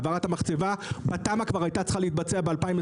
העברת המחצבה בתמ"א כבר הייתה צריכה להתבצע ב-2021.